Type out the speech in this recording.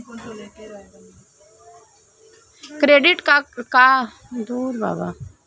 Credit card का उपयोग करने के जोखिम क्या हैं?